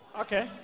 Okay